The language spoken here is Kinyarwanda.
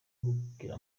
kukubwira